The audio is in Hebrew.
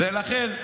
ולכן,